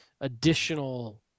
additional